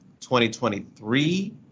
2023